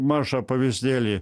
mažą pavyzdėlį